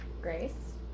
Grace